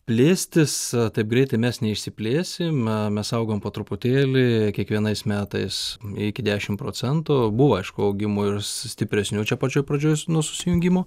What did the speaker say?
plėstis taip greitai mes neišsiplėsim mes augam po truputėlį kiekvienais metais iki dešimt procentų buvo aišku augimų ir stipresnių čia pačioj pradžioj nuo susijungimo